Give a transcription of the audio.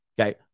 Okay